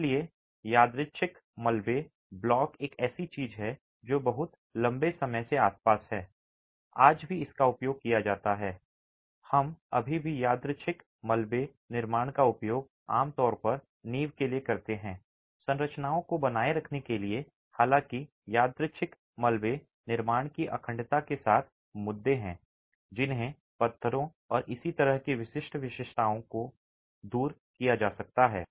इसलिए यादृच्छिक मलबे ब्लॉक एक ऐसी चीज है जो बहुत लंबे समय से आसपास है आज भी इसका उपयोग किया जाता है हम अभी भी यादृच्छिक मलबे निर्माण का उपयोग आमतौर पर नींव के लिए करते हैं संरचनाओं को बनाए रखने के लिए हालांकि यादृच्छिक मलबे निर्माण की अखंडता के साथ मुद्दे हैं जिन्हें पत्थरों और इसी तरह की विशिष्ट विशेषताओं के साथ दूर किया जा सकता है